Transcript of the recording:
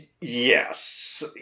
Yes